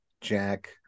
Jack